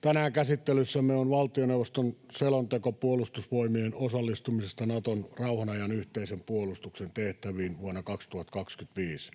Tänään käsittelyssämme on valtioneuvoston selonteko Puolustusvoimien osallistumisesta Naton rauhan ajan yhteisen puolustuksen tehtäviin vuonna 2025.